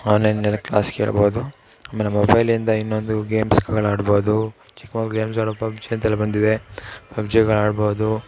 ಆನ್ಲೈನಲ್ಲೇ ಕ್ಲಾಸ್ ಕೇಳ್ಬೌದು ಆಮೇಲೆ ಮೊಬೈಲಿಂದ ಇನ್ನೊಂದು ಗೇಮ್ಸುಗಳು ಆಡ್ಬೌದು ಚಿಕ್ಕ ಮಕ್ಳು ಗೇಮ್ಸಲ್ಲಿ ಪಬ್ಜಿ ಅಂಥೆಲ್ಲ ಬಂದಿದೆ ಪಬ್ಜಿಗಳು ಆಡ್ಬೌದು